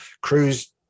crews